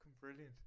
brilliant